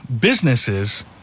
businesses